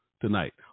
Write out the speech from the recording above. tonight